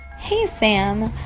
hey, sam.